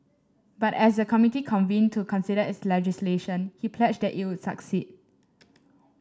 but as the committee convened to consider its legislation he pledged it would succeed